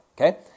Okay